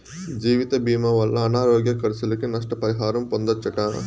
జీవితభీమా వల్ల అనారోగ్య కర్సులకి, నష్ట పరిహారం పొందచ్చట